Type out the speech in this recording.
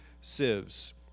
sieves